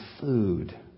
food